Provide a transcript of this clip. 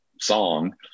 song